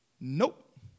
Nope